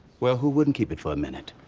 well, who wouldn't keep it for a minute?